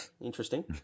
interesting